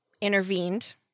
intervened